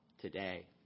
today